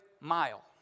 mile